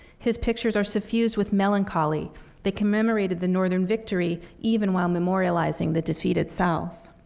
his pictures are suffused with melancholy that commemorated the northern victory, even while memorializing the defeated south.